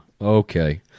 Okay